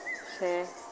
ᱥᱮ